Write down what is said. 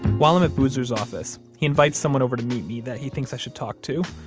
while i'm at boozer's office, he invites someone over to meet me that he thinks i should talk to.